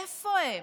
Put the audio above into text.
איפה הם?